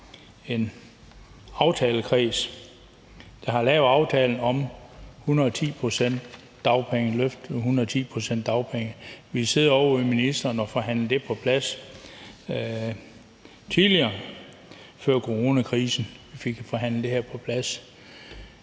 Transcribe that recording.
en aftalekreds, der har lavet aftalen om 110 pct. dagpenge, og vi har siddet ovre hos ministeren og forhandlet det på plads – før coronakrisen fik vi forhandlet det på plads